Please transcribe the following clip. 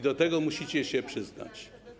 Do tego musicie się przyznać.